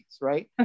right